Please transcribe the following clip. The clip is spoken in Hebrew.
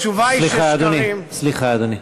התשובה היא ששקרים, סליחה, אדוני.